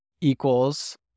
equals